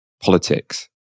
politics